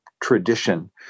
tradition